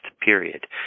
period